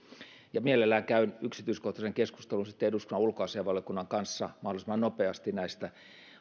mielelläni käyn yksityiskohtaisen keskustelun eduskunnan ulkoasiainvaliokunnan kanssa mahdollisimman nopeasti näistä